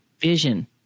vision